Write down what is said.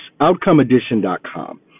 outcomeedition.com